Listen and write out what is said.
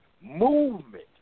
movement